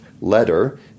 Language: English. letter